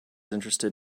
interested